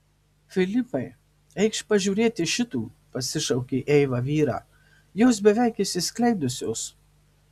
filipai eikš pažiūrėti šitų pasišaukė eiva vyrą jos beveik išsiskleidusios